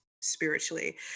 spiritually